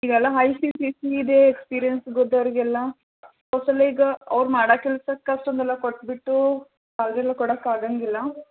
ಈಗೆಲ್ಲ ಹೈ ಇದೆ ಎಕ್ಸ್ಪೀರಿಯೆನ್ಸ್ ಇದ್ದೋರಿಗೆಲ್ಲಾ ಟೋಟಲ್ ಈಗ ಅವ್ರು ಮಾಡೋ ಕೆಲ್ಸಕ್ಕೆ ಅಷ್ಟೊಂದೆಲ್ಲ ಕೊಟ್ಟುಬಿಟ್ಟು ಹಾಗೆಲ್ಲ ಕೊಡೋಕಾಗಂಗಿಲ್ಲಾ